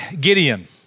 Gideon